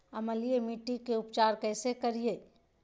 अम्लीय मिट्टी के उपचार कैसे करियाय?